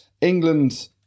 England